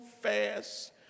fast